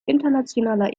internationaler